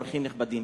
אורחים נכבדים,